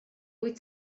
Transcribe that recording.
wyt